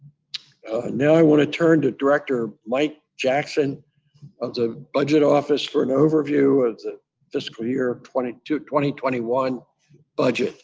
now, i want to turn to director mike jackson of the budget office for an overview of the fiscal year twenty twenty twenty one budget,